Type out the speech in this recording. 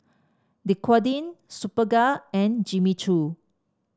Dequadin Superga and Jimmy Choo